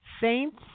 saints